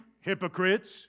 hypocrites